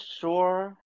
sure